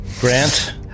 Grant